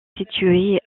situé